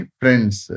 friend's